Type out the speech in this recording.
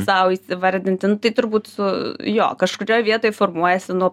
sau įvardinti nu tai turbūt su jo kažkurioj vietoj formuojasi nuo